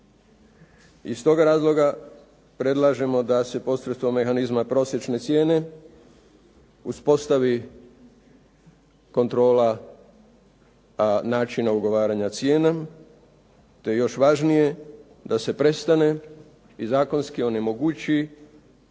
Iz tog razloga predlažemo da se posredstvom mehanizma prosječne cijene uspostavi kontrola načina ugovaranja cijena te još važnije da se prestane i zakonski onemogući